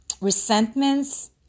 resentments